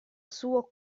suo